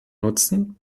nutzen